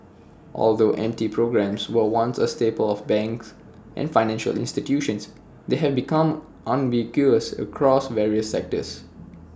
although M T programmes were once A staple of banks and financial institutions they have become ubiquitous across various sectors